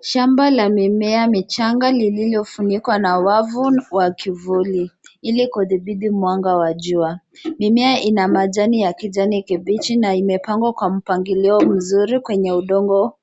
Shamba la mimea michanga lililo funikwa na wavu wa kivuli ili kudhibiti mwanga wa jua. Mimea ina majani ya kijani kibichi na imepangwa kwa mpangilio mzuri kwenye udongo.